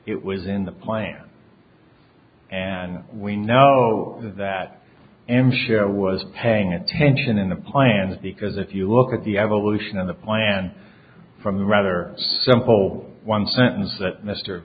it was in the plan and we know that m share was paying attention in the plan because if you look at the evolution of the plan from the rather simple one sentence that mr